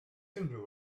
unrhyw